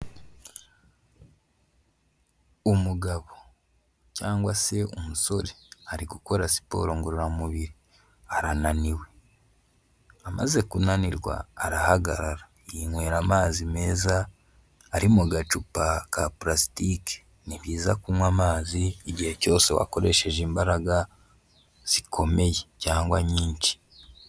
Umugabo cyangwa se umusore ari gukora siporo ngororamubiri, arananiwe, amaze kunanirwa arahagarara, yinywera amazi meza ari mu gacupa ka purasitike, ni byiza kunywa amazi igihe cyose wakoresheje imbaraga zikomeye cyangwa nyinshi.